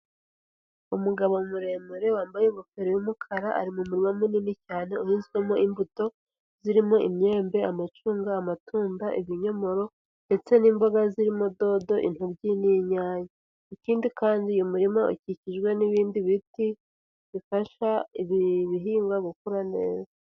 Umugabo muremure wambaye ingofero y'umukara ari mu murima munini cyane uhizwemo imbuto zirimo imyembe, amacunga, amatunda, ibinyomoro ndetse n'imboga zirimo dodo, intoryi n'inyaya. Ikindi kandi, umurima ukikijwe n'ibindi biti bifasha ibihingwa gukura neza.